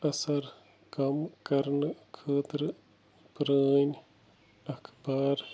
اَثَر کم کرنہٕ خٲطرٕ پرٲنۍ اخبار